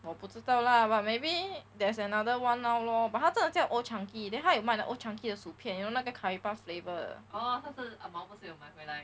我不知道 lah but maybe there's another one now lor but 他真的叫 old chang kee then 它也卖了 old chang kee 的薯片用那个 curry puff flavour